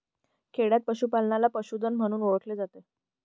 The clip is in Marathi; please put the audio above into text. खेडयांत पशूपालनाला पशुधन म्हणून ओळखले जाते